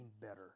better